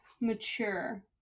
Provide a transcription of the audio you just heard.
mature